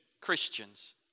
Christians